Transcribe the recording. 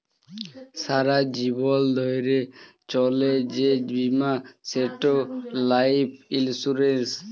সারা জীবল ধ্যইরে চলে যে বীমা সেট লাইফ ইলসুরেল্স